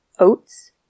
Oats